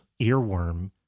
earworm